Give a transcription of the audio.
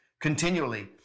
continually